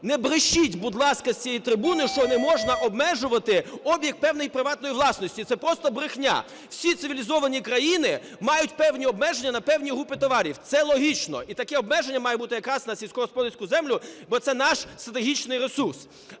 Не брешіть, будь ласка, з цієї трибуни, що не можна обмежувати обіг певної приватної власності, це просто брехня. Всі цивілізовані країни мають певні обмеження на певні групи товарів. Це логічно. І таке обмеження має бути якраз на сільськогосподарську землю, бо це наш стратегічний ресурс.